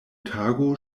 tago